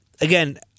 Again